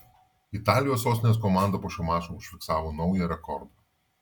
italijos sostinės komanda po šio mačo užfiksavo naują rekordą